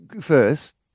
first